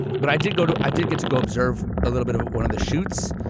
but i did go to i did get to go observe a little bit of one of the shoots.